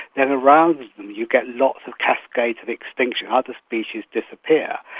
then around them you get lots of cascades of extinction, other species disappear.